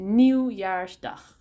nieuwjaarsdag